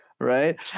Right